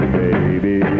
baby